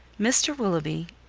mr. willoughby,